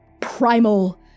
primal